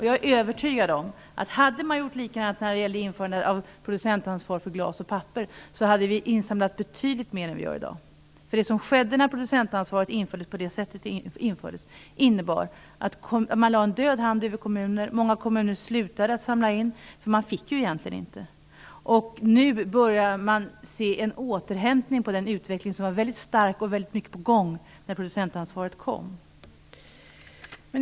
Jag är övertygad om att hade man gjort likadant när det gällde införandet av producentansvaret för glas och papper skulle betydligt mer ha samlats in jämfört med hur det är i dag. Att producentansvaret infördes på det sätt som skedde innebar att en död hand lades över kommuner. Många kommuner slutade samla in. Man fick ju egentligen inte göra det. Nu börjar man se en återhämtning. Utvecklingen var mycket stark då producentansvaret kom - väldigt mycket var på gång då.